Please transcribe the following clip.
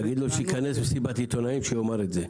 תגיד לו שיכנס מסיבת עיתונאים, שיאמר את זה.